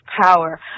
power